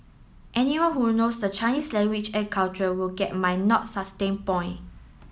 anyone who knows the Chinese language and culture would get my not sustain point